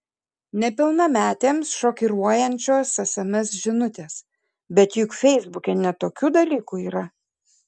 nepilnametėms šokiruojančios sms žinutės bet juk feisbuke ne tokių dalykų yra